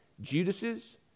Judas's